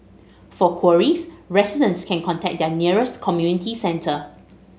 for queries residents can contact their nearest community centre